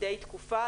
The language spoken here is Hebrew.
מדי תקופה,